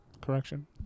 Correction